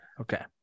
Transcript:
Okay